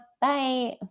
Bye